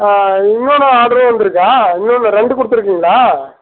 இன்னொரு ஆட்ரும் வந்துயிருக்கா இன்னோன்று ரெண்டு கொடுத்துயிருக்கீங்களா